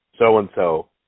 so-and-so